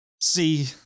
see